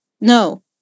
no